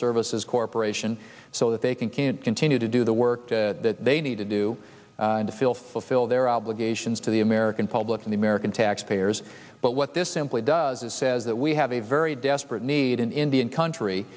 services corporation so that they can can't continue to do the work that they need to do to fill fulfill their obligations to the american public and the american taxpayers but what this simply does is says that we have a very desperate need in indian country